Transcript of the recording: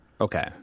Okay